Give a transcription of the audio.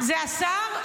זה השר?